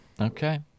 Okay